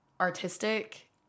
artistic